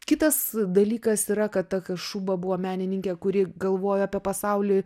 kitas dalykas yra kad ta kašuba buvo menininkė kuri galvojo apie pasaulį